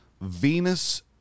Venus